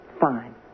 fine